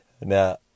now